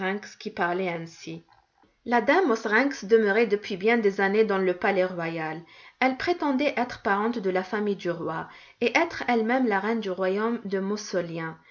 qui parlait ainsi casse-noisette casse-noisette la dame mauserinks demeurait depuis bien des années dans le palais royal elle prétendait être parente de la famille du roi et être elle-même la reine du royaume de